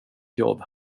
jobb